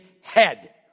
head